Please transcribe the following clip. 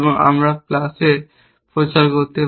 আমরা এখানে প্লাসে প্রচার করতে পারি